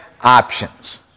options